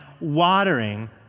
watering